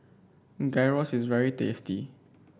gyros is very tasty